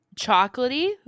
chocolatey